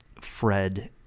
fred